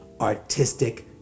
artistic